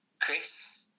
Chris